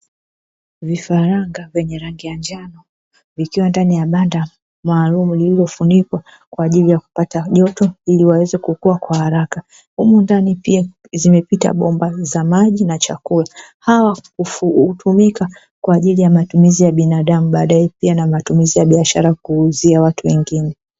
Vifaranga vyenye rangi ya njano vikiwa ndani ya banda maalumu lililofunikwa kwa ajili ya kupata joto ili waweze kukua kwa haraka. Humu ndani pia zimepita bomba za maji na chakula, hawa hutumika kwa ajili ya matumizi ya binadamu baadae, pia matumizi ya biashara kuuzia watu wengine.